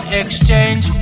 exchange